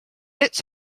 its